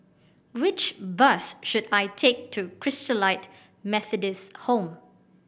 which bus should I take to Christalite Methodist Home